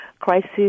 Crisis